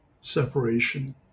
separation